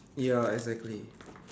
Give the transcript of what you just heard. ya exactly